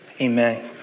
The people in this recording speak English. Amen